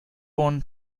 born